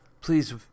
please